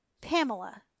Pamela